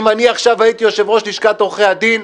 אם הייתי יושב-ראש לשכת עורכי הדין,